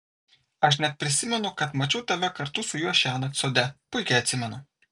aš net prisimenu kad mačiau tave kartu su juo šiąnakt sode puikiai atsimenu